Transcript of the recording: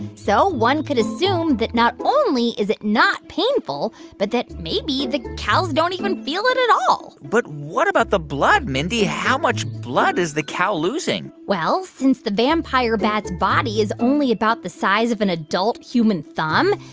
so one could assume that not only is it not painful but that maybe the cows don't even feel it at all but what about the blood, mindy? how much blood is the cow losing? well, since the vampire bat's body is only about the size of an adult human thumb,